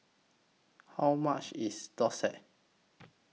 How much IS Thosai